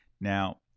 Now